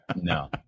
No